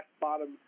bottom